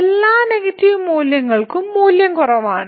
എല്ലാ നെഗറ്റീവ് മൂല്യങ്ങൾക്കും മൂല്യം കുറവാണ്